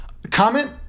Comment